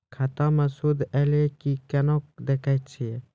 खाता मे सूद एलय की ने कोना देखय छै?